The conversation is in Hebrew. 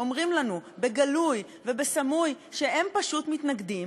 אומרים לנו בגלוי ובסמוי שהם פשוט מתנגדים,